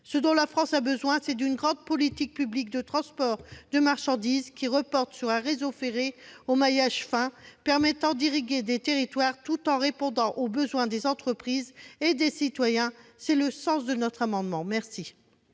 Ce dont la France a besoin, c'est d'une grande politique publique de transport de marchandises, qui doit reposer sur un réseau ferré au maillage fin permettant d'irriguer les territoires tout en répondant aux besoins des entreprises et des citoyens. Très bien ! Quel est l'avis